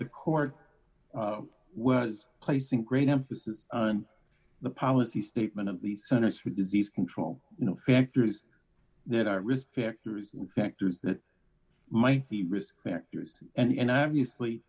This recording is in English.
the court was placing great emphasis on the policy statement of the centers for disease control you know factors that are risk factors factors that might be risk factors and